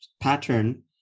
pattern